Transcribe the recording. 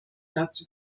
dazu